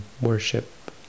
worship